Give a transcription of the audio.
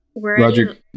Roger